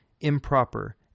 improper